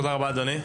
תודה רבה אדוני.